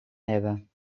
hebben